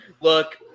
look